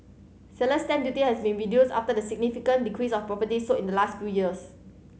seller's stamp duty has been reduced after the significant decrease of properties sold in the last few years